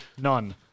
None